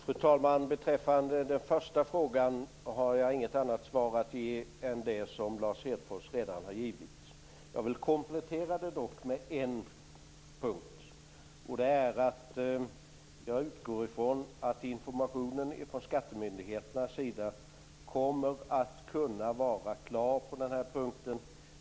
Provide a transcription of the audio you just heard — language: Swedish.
Fru talman! Beträffande den första frågan har jag inget annat svar att ge än det som Lars Hedfors redan har givit. Jag vill dock komplettera det med en punkt. Jag utgår ifrån att informationen från skattemyndigheternas sida kommer att kunna vara klar på den här punkten.